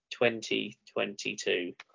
2022